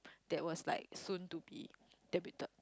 there was like soon to be debuted